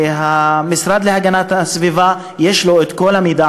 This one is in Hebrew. והמשרד להגנת הסביבה יש לו את כל המידע